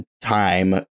time